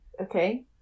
Okay